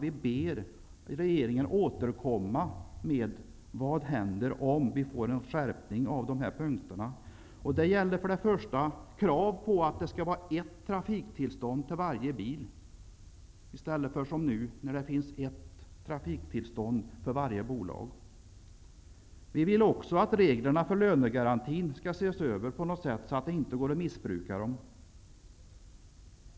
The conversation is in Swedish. Vi ber att regeringen återkommer med vad som händer om vi får en skärpning på följande punkter. Det skall vara krav på ett trafiktillstånd till varje bil, i stället för som nu när det finns ett trafiktillstånd för varje bolag. Vi vill också att reglerna för lönegarantin skall ses över så att de inte går att missbruka.